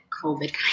COVID